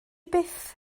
byth